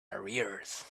arrears